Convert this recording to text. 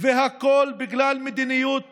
והכול בגלל מדיניות